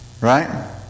right